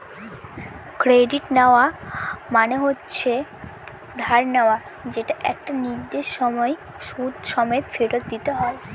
credit নেওয়া মানে হচ্ছে ধার নেওয়া যেটা একটা নির্দিষ্ট সময় সুদ সমেত ফেরত দিতে হয়